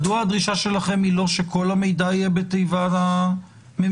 מדוע הדרישה שלכם היא לא שכל המידע יהיה בתיבה הממשלתית,